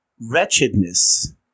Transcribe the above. wretchedness